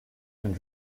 and